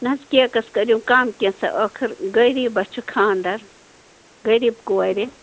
نہِ حَظ کیکس کٔرِو کم کینژھا ٲخر غریٖبس چھُ خاندر غریٖب کورِ